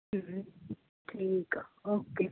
ਠੀਕ ਆ ਓਕੇ